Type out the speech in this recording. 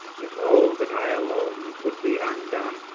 yet oh that i alone could be undone,